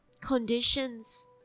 conditions